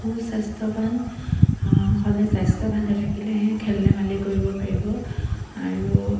সুস্বাস্থ্যৱান হ'লে স্বাস্থ্য ভালে থাকিলেহে খেল ধেমালি কৰিব পাৰিব আৰু